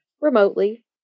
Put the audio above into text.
remotely